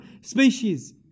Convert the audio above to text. species